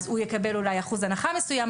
אז הוא יקבל אולי אחוז הנחה מסוים,